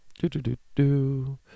Do-do-do-do